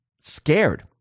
scared